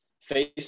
face